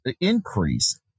increase